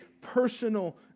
personal